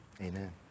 Amen